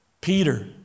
Peter